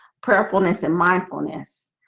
purpleness and mindfulness